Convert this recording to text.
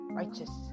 righteous